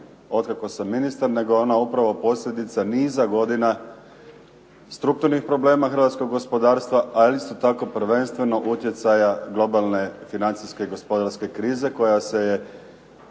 od kada sam ministar, nego je ona upravo posljedica niza godina strukturnih problema hrvatskog gospodarstva, ali isto tako prvenstveno utjecaja globalne financijske i gospodarske krize koja se je